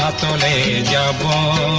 ah da da and ah da da